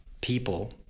people